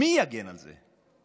מי יגן עליהם?